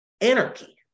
anarchy